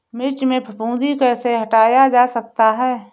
मिर्च में फफूंदी कैसे हटाया जा सकता है?